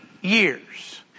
years